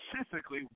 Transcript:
specifically